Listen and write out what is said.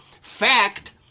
fact